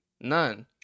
none